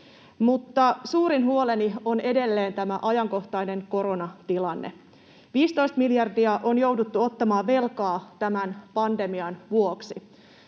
suurin huoleni on edelleen tämä ajankohtainen koronatilanne. 15 miljardia on jouduttu ottamaan velkaa tämän pandemian vuoksi,